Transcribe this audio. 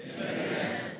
Amen